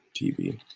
TV